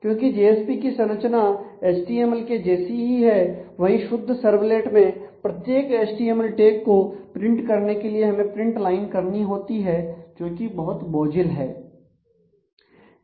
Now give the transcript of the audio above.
क्योंकि जेएसपी की संरचना एचटीएमएल के जैसी है वही शुद्ध सर्वलेट में प्रत्येक एचटीएमएल टैग को प्रिंट करने के लिए हमें प्रिंट लाइन करनी होती है जोकि बहुत बोझिल है